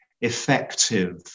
effective